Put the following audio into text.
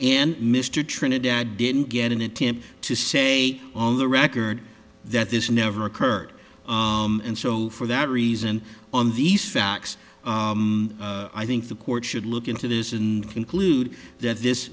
and mr trinidad didn't get an attempt to say on the record that this never occurred and so for that reason on these facts i think the court should look into this and conclude that this